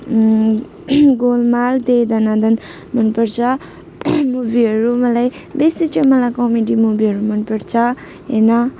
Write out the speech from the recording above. गोलमाल दे दनादन मनपर्छ मुभीहरू मलाई बेसी चाहिँ मलाई कमेडी मुभीहरू मनपर्छ हेर्न